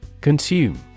Consume